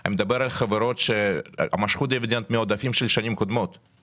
אלא אני מדבר על חברות שמשכו דיבידנד מעודפים של שנים קודמות,